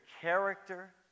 character